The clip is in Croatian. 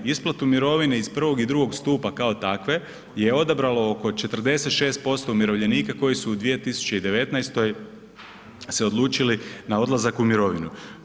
Isplatu mirovine iz prvog i drugog stupa kao takve je odabralo oko 46% umirovljenika koji su u 2019. se odlučili na odlazak u mirovinu.